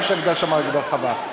יש שם הגדרה רחבה.